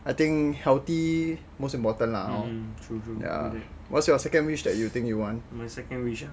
I think healthy most important lah hor what's your second wish that you think you want